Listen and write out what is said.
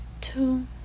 two